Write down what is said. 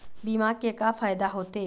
बीमा के का फायदा होते?